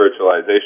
virtualization